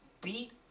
beat